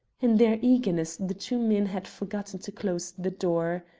in their eagerness the two men had forgotten to close the door.